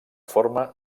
forma